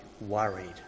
worried